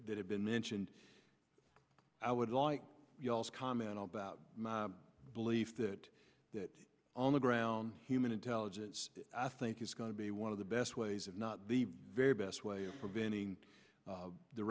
that have been mentioned i would like you also comment about my belief that that on the ground human intelligence i think is going to be one of the best ways of not the very best way of preventing